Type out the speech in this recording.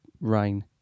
rain